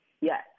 Yes